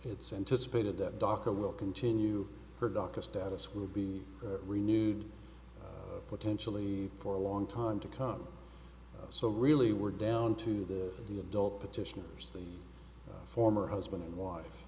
anticipated that doctor will continue her doctor's status will be renewed potentially for a long time to come so really we're down to the the adult petitioners the former husband and wife